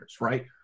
right